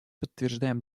подтверждаем